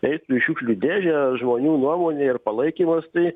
eitų į šiukšlių dėžę žmonių nuomonė ir palaikymas tai